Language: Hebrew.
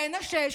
בן השש,